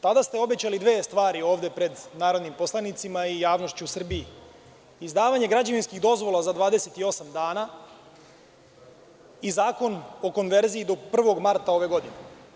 Tada ste obećali dve stvari ovde pred narodnim poslanicima i javnošću u Srbiji, izdavanje građevinskih dozvola za 28 dana i Zakon o konverziji do 1. marta ove godine.